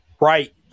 Right